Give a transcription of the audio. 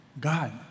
God